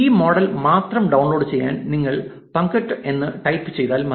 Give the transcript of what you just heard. ഈ മോഡൽ മാത്രം ഡൌൺലോഡ് ചെയ്യാൻ നിങ്ങൾ പങ്ക്ത്ത് punkt എന്ന് ടൈപ്പ് ചെയ്താൽ മതി